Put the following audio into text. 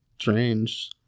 strange